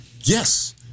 Yes